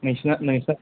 नोंसोरना